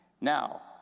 Now